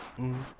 mm